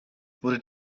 wurde